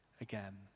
again